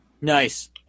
Nice